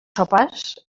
sopars